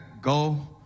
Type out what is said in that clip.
go